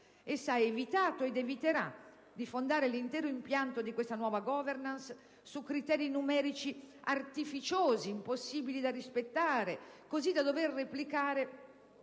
Essa ha evitato ed eviterà di fondare l'intero impianto di questa nuova *governance* su criteri numerici artificiosi, impossibili da rispettare, così da dover replicare